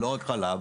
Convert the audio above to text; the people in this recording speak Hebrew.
לא רק חלב,